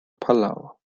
palau